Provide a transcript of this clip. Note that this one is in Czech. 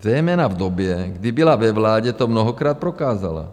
Zejména v době, kdy byla ve vládě, to mnohokrát prokázala.